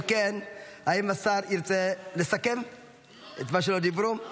אם כן, האם השר ירצה לסכם את מה שלא דיברו?